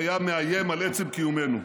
שהיה מאיים על עצם קיומנו.